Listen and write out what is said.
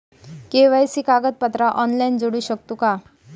KYC कागदपत्रा online जोडू शकतू का?